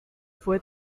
fue